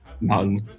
None